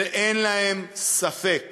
ואין להם ספק